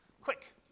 Quick